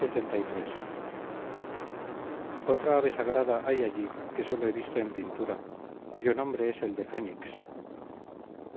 bravo lxxiii otra ave sagrada hay allí que sólo he visto en pintura cuyo nombre es el de fénix